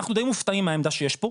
אנחנו די מופתעים מהעמדה שיש פה,